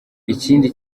ikindi